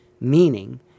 meaning